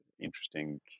interesting